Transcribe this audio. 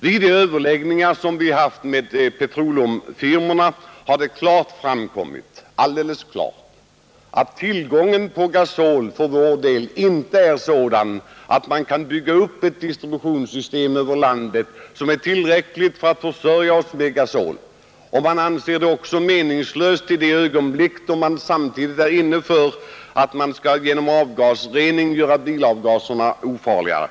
Vid de överläggningar som vi haft med petroleumfirmorna har det alldeles klart framkommit att tillgången på gasol för vår del inte är sådan att man kan bygga upp ett distributionssystem över landet som är tillräckligt för att försörja oss med gasol. Man anser det också meningslöst då man samtidigt är inne på tanken att genom avgasrening göra bilavgaserna ofarligare.